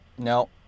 No